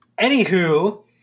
Anywho